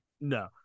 No